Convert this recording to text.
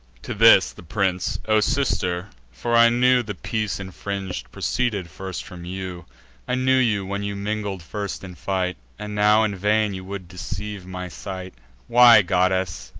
to this, the prince o sister for i knew the peace infring'd proceeded first from you i knew you, when you mingled first in fight and now in vain you would deceive my sight why, goddess,